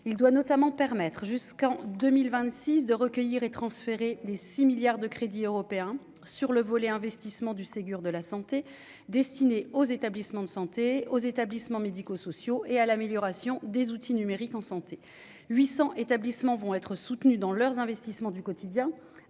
il doit notamment permettre jusqu'en 2000 26 de recueillir et transférer les 6 milliards de crédits européens sur le volet investissement du Ségur de la santé destiné aux établissements de santé aux établissements médico-sociaux et à l'amélioration des outils numériques en santé 800 établissements vont être soutenus dans leurs investissements du quotidien,